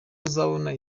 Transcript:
azabona